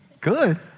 Good